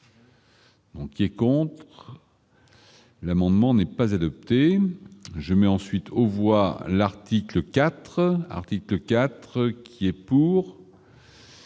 il est content. L'amendement n'est pas adopté, je ensuite on voit l'article 4 article 4 qui est pour.